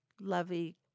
lovey